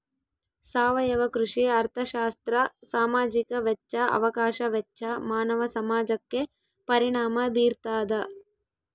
ಸಾವಯವ ಕೃಷಿ ಅರ್ಥಶಾಸ್ತ್ರ ಸಾಮಾಜಿಕ ವೆಚ್ಚ ಅವಕಾಶ ವೆಚ್ಚ ಮಾನವ ಸಮಾಜಕ್ಕೆ ಪರಿಣಾಮ ಬೀರ್ತಾದ